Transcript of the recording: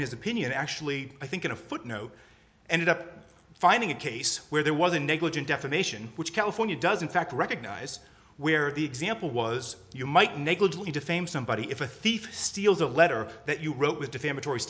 in his opinion actually i think in a footnote ended up finding a case where there was a negligent defamation which california does in fact recognize where the example was you might negligently defame somebody if a thief steals a letter that you wrote with defamatory